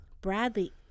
Bradley